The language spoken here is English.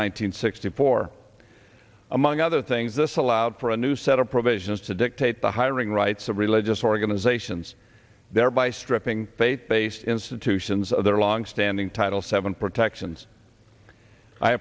hundred sixty four among other things this allowed for a new set of provisions to dictate the hiring rights of religious organizations thereby stripping faith based institutions of their longstanding title seven protections i